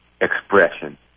expression